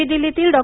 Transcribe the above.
नवी दिल्लीतील डॉ